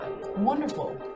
Wonderful